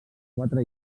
quatre